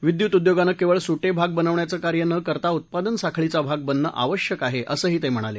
विद्युत उद्योगानं केवळ सु भाग बनवण्याचं कार्य न करता उत्पादन साखळीचा भाग बनणं आवश्यक आहे असंही ते म्हणाले